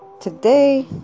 Today